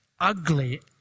ugly